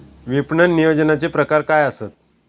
विपणन नियोजनाचे प्रकार काय आसत?